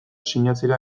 sinatzera